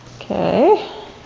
Okay